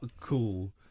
cool